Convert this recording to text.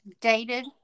dated